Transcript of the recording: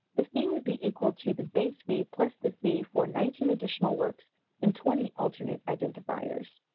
the fee would be equal to the base fee plus the fee for nineteen additional works and twenty alternate identifiers.